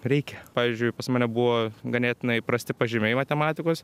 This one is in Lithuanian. reikia pavyzdžiui pas mane buvo ganėtinai prasti pažymiai matematikos